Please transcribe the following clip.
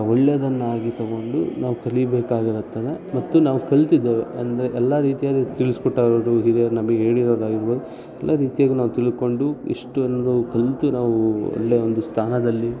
ಒಳ್ಳೆಯದನ್ನಾಗಿ ತಗೊಂಡು ನಾವು ಕಲೀಬೇಕಾಗಿರುತ್ತದೆ ಮತ್ತು ನಾವು ಕಲಿತಿದ್ದೇವೆ ಅಂದರೆ ಎಲ್ಲ ರೀತಿಯಾಗಿ ತಿಳಿಸಿಕೊಟ್ಟವ್ರು ಹಿರಿಯರು ನಮಗೆ ಹೇಳಿರೋರು ಆಗಿರ್ಬೋದು ಎಲ್ಲ ರೀತಿಯಾಗೂ ನಾವು ತಿಳ್ಕೊಂಡು ಇಷ್ಟೊಂದು ಕಲಿತು ನಾವು ಒಳ್ಳೆಯ ಒಂದು ಸ್ಥಾನದಲ್ಲಿ